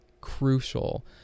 crucial